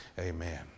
Amen